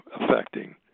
affecting